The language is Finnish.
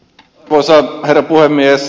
arvoisa herra puhemies